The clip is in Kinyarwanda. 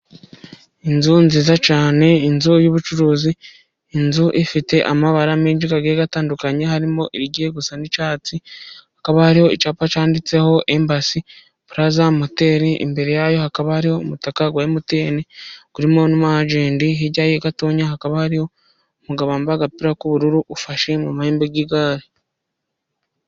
Inzu nziza cyane, inzu y'ubucuruzi, inzu ifite amabara menshi agiye atandukanye, harimo irigiye gusa n'icyatsi, hakaba hariho icyapa, cyanditseho embasi puraza moteri, imbere yayo hakaba hari umutaka wa emutiyene, urimo n'umwajenti, hirya gatoya hakaba hari umugabo wambaye agapira k'ubururu, ufashe mu mahembe y'igare.